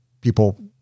people